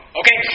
okay